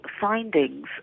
findings